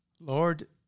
Lord